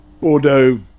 Bordeaux